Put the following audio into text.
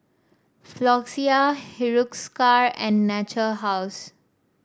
Floxia Hiruscar and Natura House